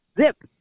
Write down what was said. zip